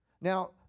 Now